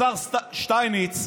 השר שטייניץ,